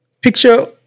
picture